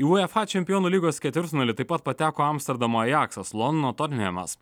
į uefa čempionų lygos ketvirtfinalį taip pat pateko amsterdamo ajaksas londono totenhamas